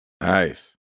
Nice